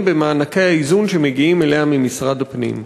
במענקי האיזון שמגיעים אליה ממשרד הפנים.